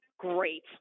Great